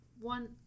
one